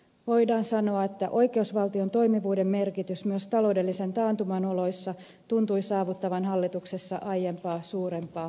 voidaan sanoa että oikeusvaltion toimivuuden merkitys myös taloudellisen taantuman oloissa tuntui saavuttavan hallituksessa aiempaa suurempaa ymmärtämystä